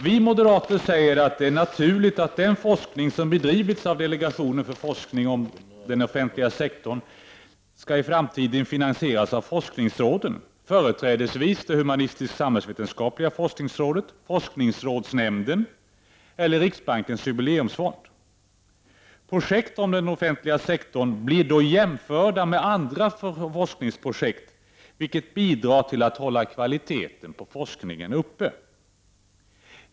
Vi moderater säger att det är naturligt att den forskning som bedrivits av delegationen för forskning om den offentliga sektorn i framtiden skall finansieras av forskningsråden, företrädesvis av det humanistisk-samhällsvetenskapliga forskningsrådet, forskningsrådsnämnden eller riksbankens jubileumsfond. Projekt om den offentliga sektorn blir då jämförda med andra forskningsprojekt, vilket bidrar till att hålla kvaliteten på forskningen uppe.